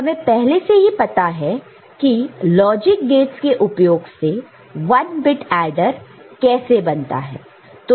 हमें पहले से ही पता है की लॉजिक गेटस के उपयोग से 1 बिट एडर कैसे बनता है